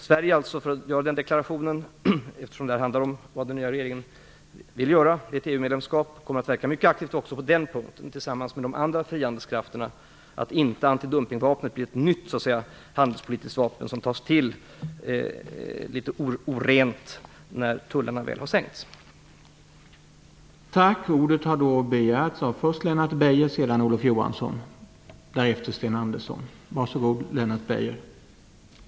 Sverige kommer vid ett EU-medlemskap på den punkten att tillsammans med de andra frihandelskrafterna verka för att antidumpingvapnet inte blir ett nytt handelspolitiskt vapen som tas till på ett orent sätt när tullarna väl har sänkts. Jag vill göra denna deklaration, eftersom det här handlar om vad den nya regeringen vill göra.